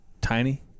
tiny